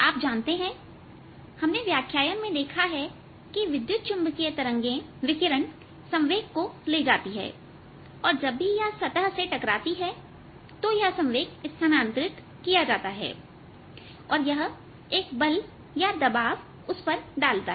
आप जानते हैं कि हमने व्याख्यान में देखा है कि विद्युत चुंबकीय विकिरण संवेग को ले जाती है और जब भी यह सतह पर टकराती है तो यह संवेग स्थानांतरित किया जाता है और यह एक बल या दबाव उस पर डालता है